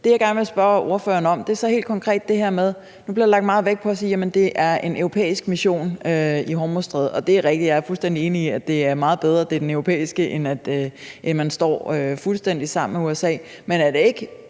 det, jeg gerne vil spørge ordføreren om, er så helt konkret det her med, at der nu bliver lagt meget vægt på at sige, at det er en europæisk mission i Hormuzstrædet. Og ja, det er rigtigt, at jeg er fuldstændig enig i, at det er meget bedre, at det er den europæiske, end at man står fuldstændig sammen med USA. Men er det ikke